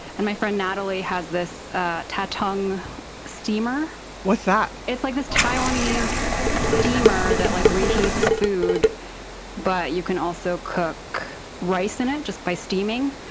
and my friend natalie has this tatung steamer what's that? it's like this taiwanese steamer that like reheats food but you can also cook rice in it by steaming.